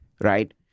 right